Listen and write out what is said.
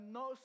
no